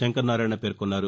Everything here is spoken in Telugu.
శంకరనారాయణ పేర్కొన్నారు